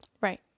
right